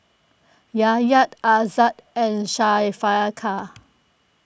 Yahya Aizat and Syafiqah